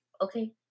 Okay